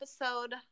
episode